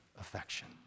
affection